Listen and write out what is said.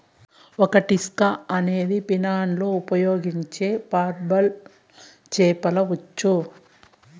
కటిస్కా అనేది ఫిన్లాండ్లో ఉపయోగించే పోర్టబుల్ చేపల ఉచ్చు